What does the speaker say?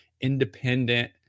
independent